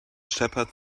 shepherd